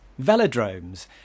velodromes